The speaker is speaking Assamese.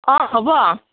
অঁ হ'ব